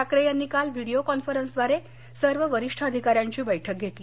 ठाकरे यांनी काल video conference द्वारे सर्व वरिष्ठ अधिकाऱ्यांची बैठक घेतली